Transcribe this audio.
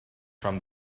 from